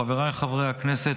חבריי חברי הכנסת,